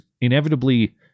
inevitably